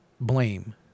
blame